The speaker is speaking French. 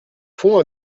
fond